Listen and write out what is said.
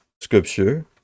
scripture